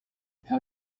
how